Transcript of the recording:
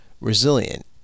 resilient